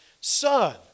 son